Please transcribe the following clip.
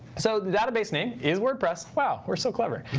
so the database name is wordpress. wow, we're so clever.